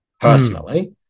personally